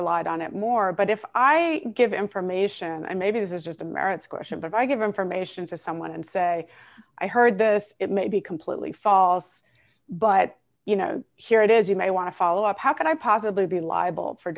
relied on it more but if i give information i maybe this is just the merits question but i give information to someone and say i heard this it may be completely false but you know here it is you may want to follow up how could i possibly be liable for